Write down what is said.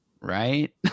right